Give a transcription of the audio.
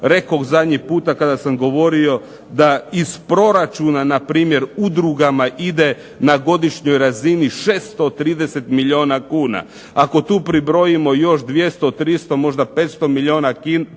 Rekoh zadnji puta kada sam govorio da iz proračuna npr. udrugama ide na godišnjoj razini 630 milijuna kuna. Ako tu pribrojimo još 200, 300, možda 500 milijuna kuna